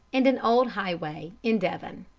and an old highway in devon.